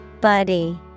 Buddy